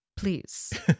Please